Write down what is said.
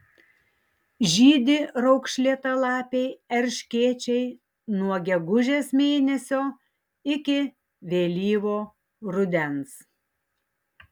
žydi raukšlėtalapiai erškėčiai nuo gegužės mėnesio iki vėlyvo rudens